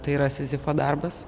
tai yra sizifo darbas